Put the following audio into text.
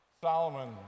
Solomon